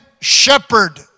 shepherd